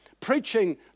preaching